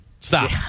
Stop